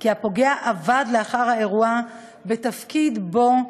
כי הפוגע עבד לאחר האירוע בתפקיד שבו